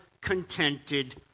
contented